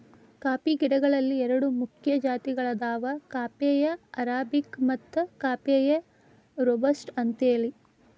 coffee ಗಿಡಗಳಲ್ಲಿ ಎರಡು ಮುಖ್ಯ ಜಾತಿಗಳದಾವ ಕಾಫೇಯ ಅರಾಬಿಕ ಮತ್ತು ಕಾಫೇಯ ರೋಬಸ್ಟ ಅಂತೇಳಿ